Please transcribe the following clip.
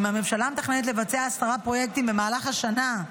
אם הממשלה מתכננת לבצע עשרה פרויקטים במהלך השנה,